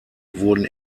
wurden